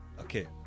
Okay